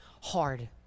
hard